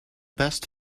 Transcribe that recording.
best